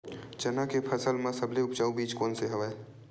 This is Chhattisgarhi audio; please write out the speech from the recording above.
चना के फसल म सबले उपजाऊ बीज कोन स हवय?